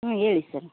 ಹಾಂ ಹೇಳಿ ಸರ್